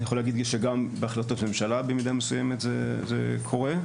אני יכול להגיד שגם בהחלטות ממשלה במידה מסוימת זה קורה.